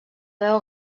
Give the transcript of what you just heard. veu